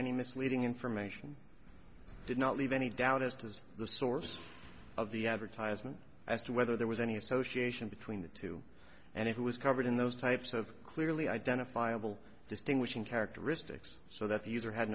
any misleading information did not leave any doubt as to the source of the advertisement as to whether there was any association between the two and it was covered in those types of clearly identifiable distinguishing characteristics so that